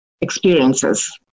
experiences